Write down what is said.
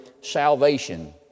salvation